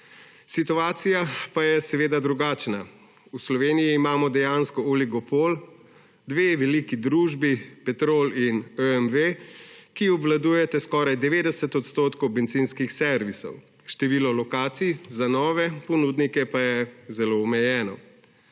Situacija pa je seveda drugačna. V Sloveniji imamo dejansko oligopol, dve veliki družbi Petrol in OMV, ki obvladujeta skoraj 90 % bencinskih servisov. Število lokacij za nove ponudnike pa je zelo omejeno,